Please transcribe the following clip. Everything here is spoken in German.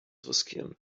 riskieren